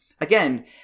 again